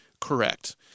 correct